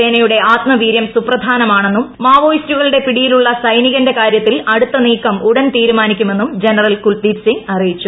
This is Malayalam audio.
സേനയുടെ ആത്മവീര്യം സുപ്രധാനമാണെ ന്നും മാവോയിസ്റ്റുകളുടെ പിടിയിലുള്ള സൈനികന്റെ കാര്യത്തിൽ അടുത്തനീക്കം ഉടൻ തീരുമാനിക്കുമെന്നും ജനറൽ കുൽദീപ് സിംഗ് അറിയിച്ചു